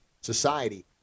society